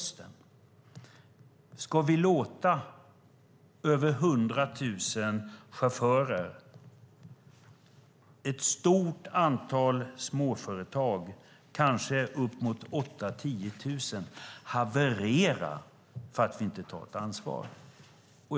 Ska vi låta över 100 000 chaufförer och ett stort antal småföretag - kanske upp mot 8 000-10 000 - haverera för att vi inte tar ett ansvar?